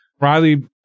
Riley